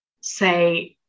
say